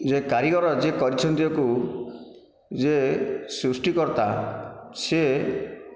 ଯିଏ କାରିଗର ଯିଏ କରିଛନ୍ତି ୟାକୁ ଯିଏ ସୃଷ୍ଟିକର୍ତା ସିଏ